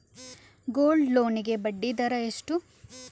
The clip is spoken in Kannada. ಗೋಲ್ಡ್ ಲೋನ್ ಗೆ ಬಡ್ಡಿ ದರ ಎಷ್ಟು?